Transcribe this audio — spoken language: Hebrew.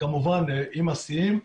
וכמובן עם הסיוע,